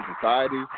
society